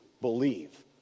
believe